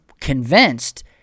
convinced